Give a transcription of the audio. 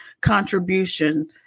contribution